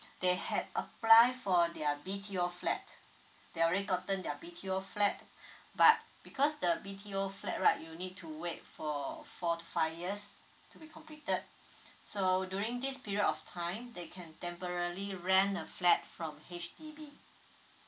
they had apply for their B_T_O flat they already gotten their B_T_O flat but because the B_T_O flat right you need to wait for four to five years to be completed so during this period of time they can temporary rent a flat from H_D_B